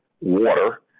water